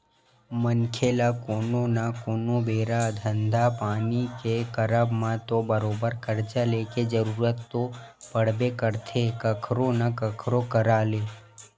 मनखे ल कोनो न कोनो बेरा धंधा पानी के करब म तो बरोबर करजा लेके जरुरत तो पड़बे करथे कखरो न कखरो करा ले